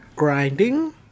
Grinding